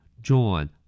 John